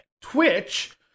Twitch